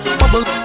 bubble